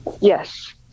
yes